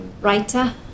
writer